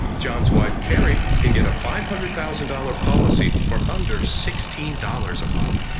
john's wife, carrie, can get a five hundred thousand dollar policy for under sixteen dollars a month.